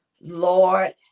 Lord